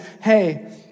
hey